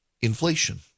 inflation